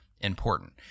important